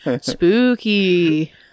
spooky